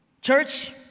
Church